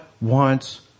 wants